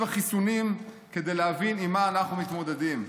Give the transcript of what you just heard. החיסונים כדי להבין עם מה אנחנו מתמודדים.